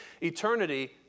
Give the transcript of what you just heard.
eternity